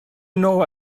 know